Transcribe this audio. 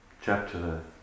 chapter